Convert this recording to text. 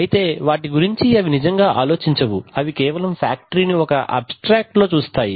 అయితే వాటి గురించి అవి నిజంగా ఆలోచించవు అవి కేవలం ఫ్యాక్టరీ ని ఒక అబ్ స్ట్రాక్ట్ సంక్షిప్త దృష్టి లో చూస్తాయి